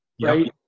right